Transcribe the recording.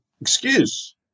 excuse